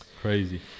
Crazy